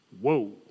Whoa